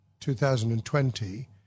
2020